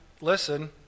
listen